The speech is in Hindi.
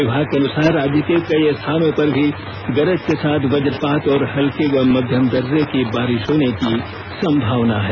विमाग के अनुसार राज्य के कई स्थानों पर भी गरज के साथ वजपात और हल्के व मध्यम दर्जे की बारिश होने की संभावना भी है